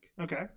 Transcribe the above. Okay